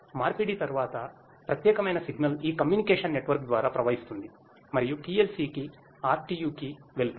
మార్పిడి తర్వాత ప్రత్యేకమైన సిగ్నల్ ఈ కమ్యూనికేషన్ నెట్వర్క్ ద్వారా ప్రవహిస్తుంది మరియు PLC కి RTU కి వెళుతుంది